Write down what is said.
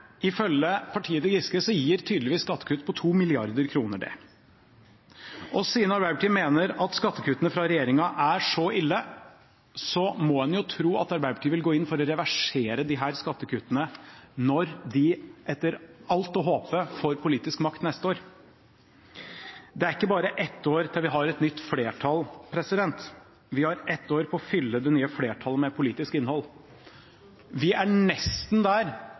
ifølge partiet til Giske gir tydeligvis skattekutt på 2 mrd. kr det. Siden Arbeiderpartiet mener at skattekuttene fra regjeringen er så ille, må en tro at Arbeiderpartiet vil gå inn for å reversere disse skattekuttene når de etter alt å håpe får politisk makt neste år. Det er ikke bare ett år til vi har et nytt flertall; vi har ett år på å fylle det nye flertallet med politisk innhold. Vi er nesten der